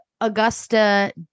Augusta